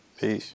Peace